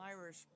Irish